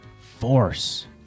force